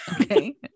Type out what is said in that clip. okay